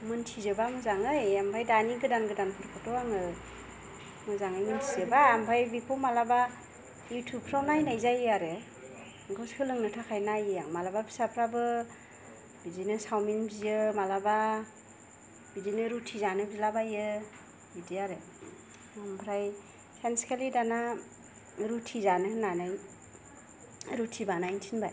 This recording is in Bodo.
मोनथिजोबा मोजाङै ओमफाय दानि गोदान गोदानफोरखौथ' आङो मोजाङै मिन्थिजोबा ओमफ्राय बेखौ मालाबा इउथुब फ्राव नायनाय जायो आरो बेखौ सोलोंनो थाखाय नायो आं मालाबा फिसाफ्राबो बिदिनो सावमिन बियो मालाबा बिदिनो रुथि जानो बिला बायो बिदि आरो ओमफ्राय सानसेखालि दाना रुथि जानो होननानै रुथि बानायनो थिनबाय